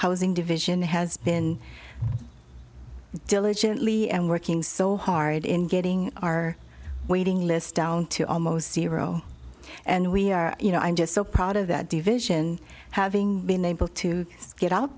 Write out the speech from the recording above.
housing division has been diligently and working so hard in getting our waiting list down to almost zero and we are you know i'm just so proud of that division having been able to get out